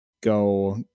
go